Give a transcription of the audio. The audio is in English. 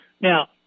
Now